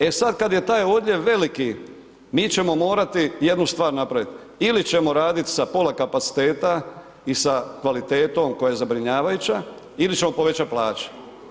E sad kad je taj odljev veliki, mi ćemo morati jednu stvar napraviti, ili ćemo radit sa pola kapaciteta i sa kvalitetom koja je zabrinjavajuća, ili ćemo povećati plaće.